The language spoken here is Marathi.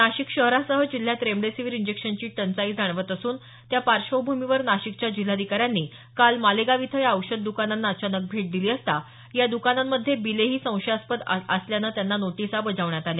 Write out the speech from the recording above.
नाशिक शहरासह जिल्ह्यात रेमडीसीवर इंजेक्शनची टंचाई जाणवत असून त्या पाश्वभूमीवर नाशिकच्या जिल्हाधिकाऱ्यांनी काल मालेगाव इथं या औषध दुकानांना अचानक भेट दिली असता या द्कानांमध्ये बिलेही संशयास्पद असल्यानं त्यांना नोटीसा बजावण्यात आल्या